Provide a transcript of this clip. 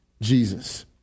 Jesus